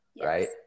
right